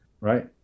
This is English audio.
Right